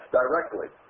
directly